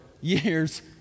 years